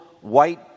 white